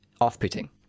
Off-putting